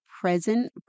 present